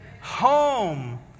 Home